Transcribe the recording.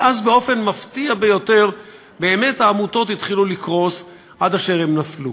ואז באופן מפתיע ביותר באמת העמותות התחילו לקרוס עד אשר הן נפלו.